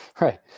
Right